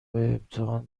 امتحان